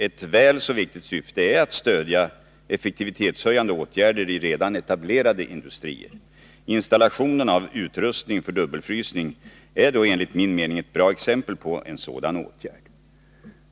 Ett väl så viktigt syfte är att stödja effektivitetshöjande åtgärder i redan etablerade industrier. Installationen av utrustning för dubbelfrysning är enligt min mening ett bra exempel på en sådan åtgärd.